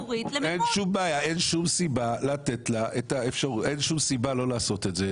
אין שום סיבה לא לעשות את זה.